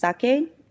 sake